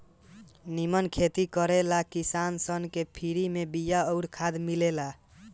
निमन खेती करे ला किसान सन के फ्री में बिया अउर खाद मिलेला